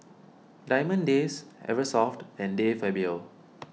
Diamond Days Eversoft and De Fabio